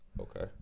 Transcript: Okay